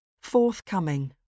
forthcoming